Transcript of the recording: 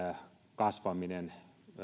ylikasvaminen